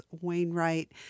Wainwright